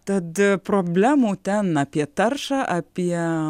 tad problemų ten apie taršą apie